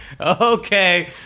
Okay